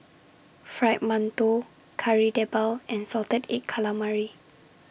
Fried mantou Kari Debal and Salted Egg Calamari